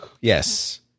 Yes